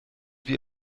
wie